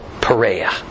Perea